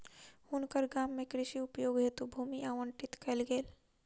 हुनकर गाम में कृषि उपयोग हेतु भूमि आवंटित कयल गेल